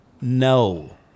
No